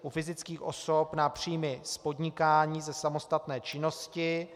U fyzických osob na příjmy z podnikání ze samostatné činnosti.